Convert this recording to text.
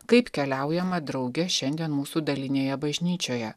kaip keliaujama drauge šiandien mūsų dalinėje bažnyčioje